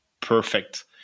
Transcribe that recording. Perfect